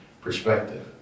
perspective